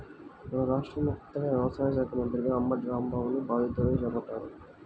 మన రాష్ట్రంలో కొత్తగా వ్యవసాయ శాఖా మంత్రిగా అంబటి రాంబాబుని బాధ్యతలను చేపట్టారు